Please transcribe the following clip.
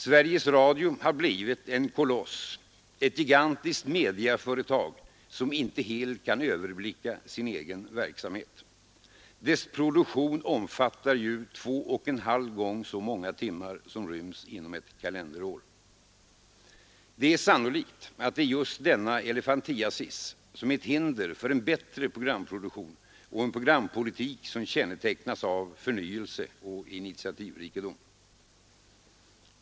Sveriges Radio har blivit en koloss, ett gigantiskt mediaföretag som inte helt kan överblicka sin egen verksamhet. Dess produktion omfattar ju också två och en halv gång så många timmar som ryms inom ett kalenderår. Det är sannolikt att just denna elefantiasis är ett hinder för en bättre programproduktion och en programpolitik som kännetecknas av förnyelse och initiativrikedom.